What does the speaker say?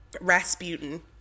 Rasputin